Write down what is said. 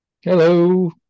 Hello